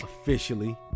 officially